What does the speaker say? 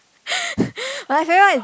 my favourite one is